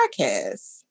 podcast